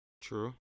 True